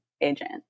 agent